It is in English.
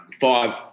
five